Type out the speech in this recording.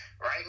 Right